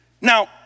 Now